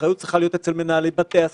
האחריות צריכה להיות אצל מנהלי בתי הספר,